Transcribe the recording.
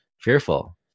fearful